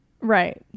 Right